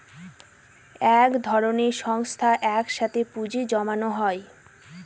এক ধরনের সংস্থায় এক সাথে পুঁজি জমানো হয়